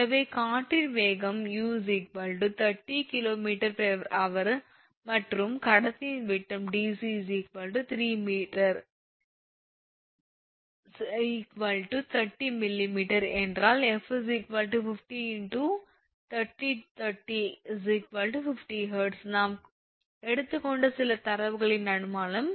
எனவே காற்றின் வேகம் 𝑢 30 𝐾𝑚ℎ𝑟 மற்றும் கடத்தி விட்டம் 𝑑𝑐 3 𝑐𝑚 30 mm என்றால் 𝑓 50 × 50 𝐻𝑧 நாம் எடுத்துக்கொண்ட சில தரவுகளின் அனுமானம்